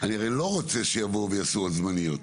אני הרי לא רוצה שיבואו ויעשו עוד זמניים.